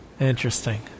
Interesting